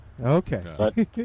okay